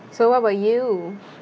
so what about you